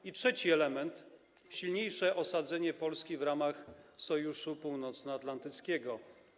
I trzeci element - silniejsze osadzenie Polski w ramach Sojuszu Północnoatlantyckiego.